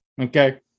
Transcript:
Okay